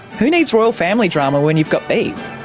who needs royal family drama when you've got bees?